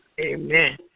Amen